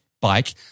bike